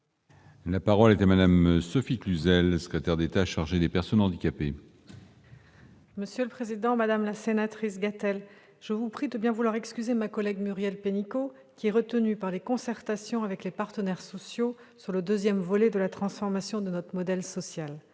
La parole est à Mme la secrétaire d'État auprès du Premier ministre, chargée des personnes handicapées. Madame la sénatrice Gatel, je vous prie de bien vouloir excuser ma collègue Muriel Pénicaud, qui est retenue par les concertations avec les partenaires sociaux sur le deuxième volet de la transformation de notre modèle social.